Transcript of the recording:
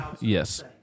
Yes